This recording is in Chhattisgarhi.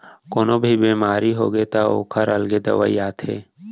कोनो भी बेमारी होगे त ओखर अलगे दवई आथे